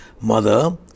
mother